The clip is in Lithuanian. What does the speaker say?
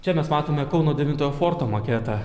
čia mes matome kauno devintojo forto maketą